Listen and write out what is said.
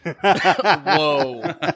Whoa